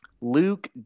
Luke